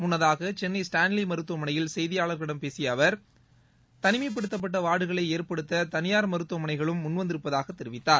முன்னதாக சென்னை ஸ்டான்லி மருத்துவமனையில் செய்தியாளர்களிடம் பேசிய அமைச்சர் தனிமைப்படுத்தப்பட்ட வார்டுகளை ஏற்படுத்த தனியார் மருத்துவமனைகளும் முன் வந்திருப்பதாக தெரிவித்தார்